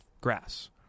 grass